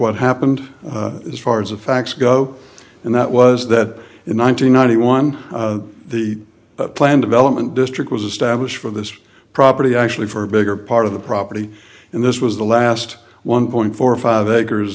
what happened as far as the facts go and that was that in one nine hundred ninety one the plan development district was established for this property actually for a bigger part of the property and this was the last one point four five acres